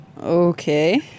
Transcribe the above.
Okay